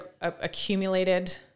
accumulated